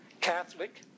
Catholic